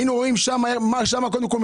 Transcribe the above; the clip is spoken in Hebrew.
היינו רואים שם קודם כול,